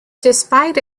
despite